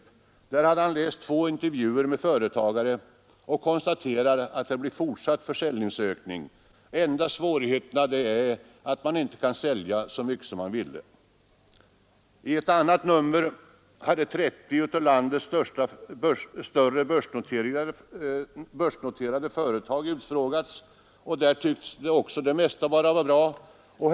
Där hade han läst två intervjuer med företagare och konstaterade att det blir fortsatt försäljningsökning. De enda svårigheterna är att man inte kan sälja så mycket som man vill. I ett annat nummer hade 30 av landets större börsnoterade företag utfrågats, och där tycks det mesta vara bara bra.